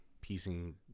piecing